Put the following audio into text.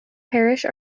parish